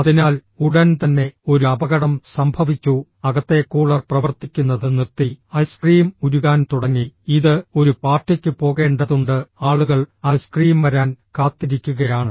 അതിനാൽ ഉടൻ തന്നെ ഒരു അപകടം സംഭവിച്ചു അകത്തെ കൂളർ പ്രവർത്തിക്കുന്നത് നിർത്തി ഐസ്ക്രീം ഉരുകാൻ തുടങ്ങി ഇത് ഒരു പാർട്ടിക്ക് പോകേണ്ടതുണ്ട് ആളുകൾ ഐസ്ക്രീം വരാൻ കാത്തിരിക്കുകയാണ്